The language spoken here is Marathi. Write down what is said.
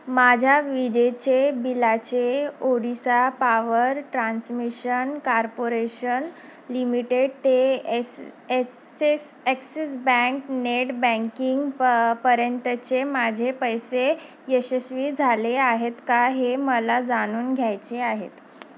माझ्या विजेच्या बिलाचे Odisha power transmission corporation limited ते एस एससिस ॲक्सिस बँक नेट बँकिंग प पर्यंतचे माझे पैसे यशस्वी झाले आहेत का हे मला जाणून घ्यायचे आहेत